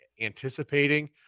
anticipating